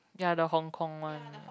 ya the Hong Kong one